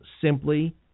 simply